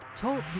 Talk